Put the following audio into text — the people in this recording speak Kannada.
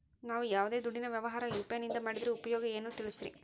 ನಾವು ಯಾವ್ದೇ ದುಡ್ಡಿನ ವ್ಯವಹಾರ ಯು.ಪಿ.ಐ ನಿಂದ ಮಾಡಿದ್ರೆ ಉಪಯೋಗ ಏನು ತಿಳಿಸ್ರಿ?